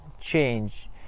change